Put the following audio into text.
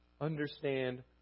understand